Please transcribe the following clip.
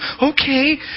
Okay